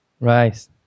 right